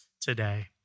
today